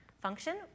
function